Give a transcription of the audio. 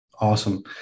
Awesome